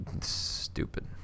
Stupid